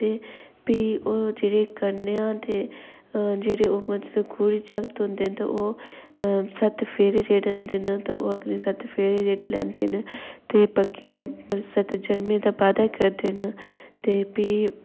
ते फ्ही ओह् जेह्ड़े कन्या दे जेह्ड़े ओह् मतलब कुड़ी जागत होंदे न ते ओह् सत्त फेरे जेह्ड़े होंदे न ते ओह् अग्नि सत्त फेरे जेह्ड़े लैंदे न ते पक्कियां मतलब सत्त जनमें दा वादा करदे न ते फ्ही